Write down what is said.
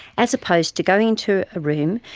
as opposed to going into a room,